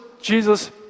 Jesus